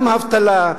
גם האבטלה,